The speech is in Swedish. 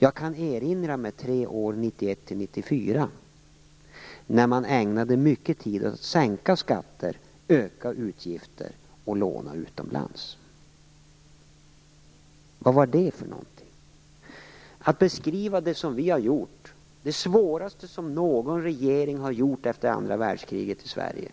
Jag kan erinra mig tre år 1991-1994, när man ägnade mycket tid åt att sänka skatter, öka utgifter och låna utomlands. Vad var det för någonting? Jag kan beskriva det som vi har gjort som det svåraste som någon regering har gjort efter andra världskriget i Sverige,